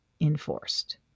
enforced